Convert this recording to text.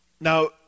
Now